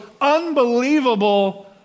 unbelievable